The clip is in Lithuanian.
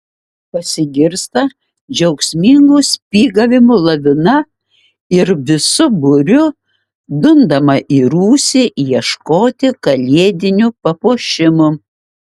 pasigirsta džiaugsmingų spygavimų lavina ir visu būriu dundama į rūsį ieškoti kalėdinių papuošimų